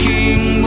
King